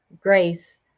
grace